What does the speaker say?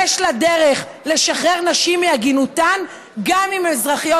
יש לה דרך לשחרר נשים מעגינותן גם אם הן אזרחיות